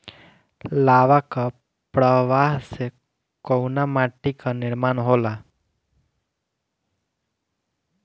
लावा क प्रवाह से कउना माटी क निर्माण होला?